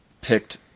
picked